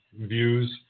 views